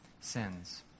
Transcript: sins